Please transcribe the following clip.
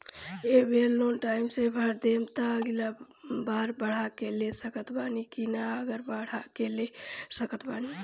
ए बेर loan time से भर देहम त अगिला बार बढ़ा के ले सकत बानी की न आउर केतना बढ़ा के ले सकत बानी?